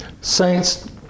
Saints